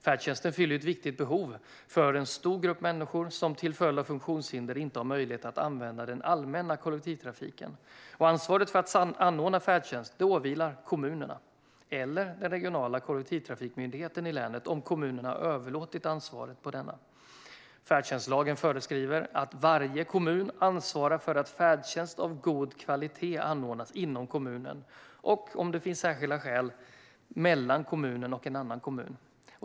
Färdtjänsten fyller ett viktigt behov för en stor grupp av människor som till följd av funktionshinder inte har möjlighet att använda den allmänna kollektivtrafiken. Ansvaret för att anordna färdtjänst åvilar kommunerna, eller den regionala kollektivtrafikmyndigheten i länet om kommunen överlåtit ansvaret till denne. Färdtjänstlagen föreskriver att varje kommun ansvarar för att färdtjänst av god kvalitet anordnas inom kommunen och, om det finns särskilda skäl, mellan kommunen och en annan kommun.